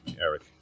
Eric